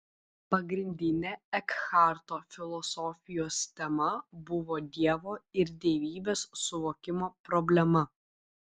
pagrindinė ekharto filosofijos tema buvo dievo ir dievybės suvokimo problema